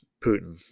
Putin